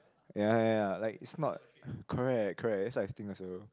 ya ya ya like is not correct correct that's like the thing also